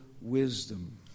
wisdom